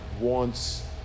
wants